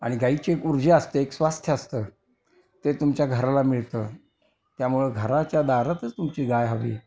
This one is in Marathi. आणि गाईची एक ऊर्जा असते एक स्वास्थ्य असतं ते तुमच्या घराला मिळतं त्यामुळं घराच्या दारातच तुमची गाय हवी